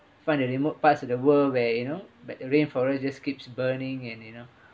find the remote parts of the world where you know but rainforest just keeps burning and you know